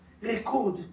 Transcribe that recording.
record